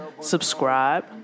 Subscribe